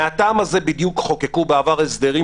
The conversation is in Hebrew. מהטעם הזה בדיוק חוקקו בעבר הסדרים